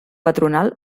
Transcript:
patronal